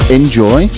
enjoy